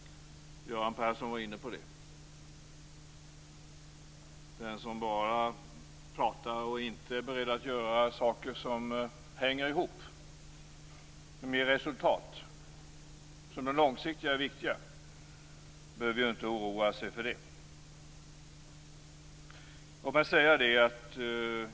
Göran Persson var inne på det. Den som bara pratar och inte är beredd att göra saker som hänger ihop, som ger resultat, som är långsiktigt viktiga, behöver inte oroa sig.